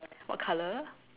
what color